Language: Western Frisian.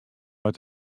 mar